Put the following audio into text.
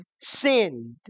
sinned